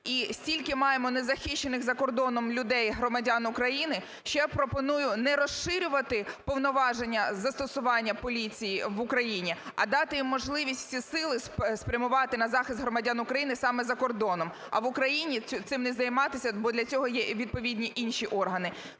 і стільки маємо незахищених за кордоном людей – громадян України, що я пропоную не розширювати повноваження з застосування поліції в Україні, а дати їм можливість всі сили спрямувати на захист громадян України саме за кордоном. А в Україні цим не займатися, бо для цього є відповідні інші органи.